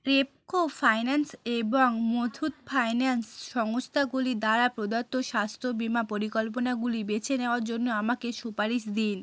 Repco finance এবং Muthoot finance সংস্থাগুলি দ্বারা প্রদত্ত স্বাস্থ্য বীমা পরিকল্পনাগুলি বেছে নেওয়ার জন্য আমাকে সুপারিশ দিন